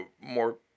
more